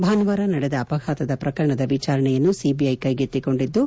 ಭಾನುವಾರ ನಡೆದ ಅಪಘಾತದ ಪ್ರಕರಣದ ವಿಚಾರಣೆಯನ್ನು ಸಿಬಿಐ ಕೈಗೆತ್ತಿಕೊಂಡಿದ್ದು